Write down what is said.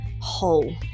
whole